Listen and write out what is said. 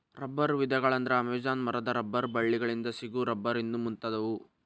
ರಬ್ಬರ ವಿಧಗಳ ಅಂದ್ರ ಅಮೇಜಾನ ಮರದ ರಬ್ಬರ ಬಳ್ಳಿ ಗಳಿಂದ ಸಿಗು ರಬ್ಬರ್ ಇನ್ನು ಮುಂತಾದವು